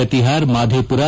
Katihar Madhepura